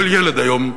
כל ילד היום,